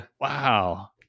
Wow